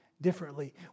Differently